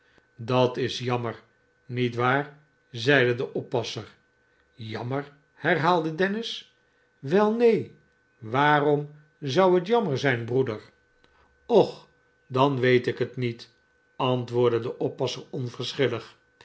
dat is jammer niet waar zeide de oppasser jammer herhaalde dennis wel neen waarom zou het jammer zijn broeder och dan weet ik het niet antwoordde de oppasser